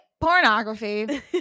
pornography